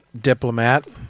diplomat